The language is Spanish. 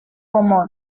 como